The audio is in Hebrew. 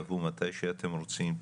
תבואו מתי שאתם רוצים,